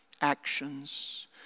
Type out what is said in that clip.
actions